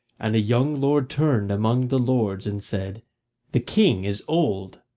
and a young lord turned among the lords and said the king is old.